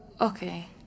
Okay